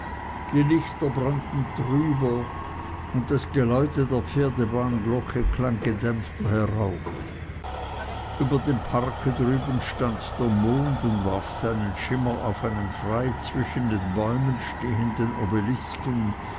die lichter brannten trüber und das geläute der pferdebahnglocke klang gedämpfter herauf über dem parke drüben stand der mond und warf seinen schimmer auf einen frei zwischen den bäumen stehenden obelisken